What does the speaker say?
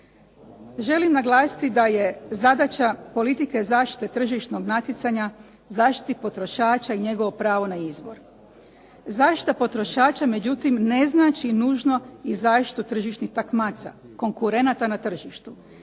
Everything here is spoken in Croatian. Želim naglasiti da je zadaća politike zaštite tržišnog natjecanja, zaštiti potrošača i njegovo pravo na izbor. Zaštita potrošača međutim ne znači nužno i zaštitu tržišnih takmaca, konkurenata na tržištu.